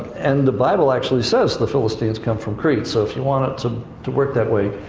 and the bible actually says the philistines come from crete, so if you want it to to work that way,